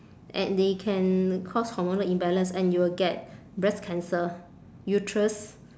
and they can cause hormonal imbalance and you will get breast cancer uterus